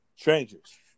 Strangers